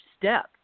step